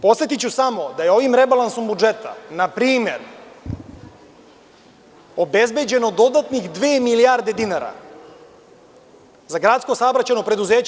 Podsetiću samo da je ovim rebalansom budžeta npr. obezbeđeno dodatnih dve milijarde dinara za GSP u Beogradu.